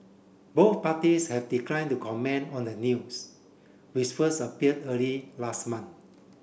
both parties have declined to comment on the news which first appear early last month